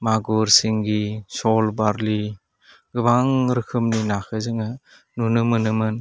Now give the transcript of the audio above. मागुर सिंगि सल बारलि गोबां रोखोमनि नाखौ जोङो नुनो मोनोमोन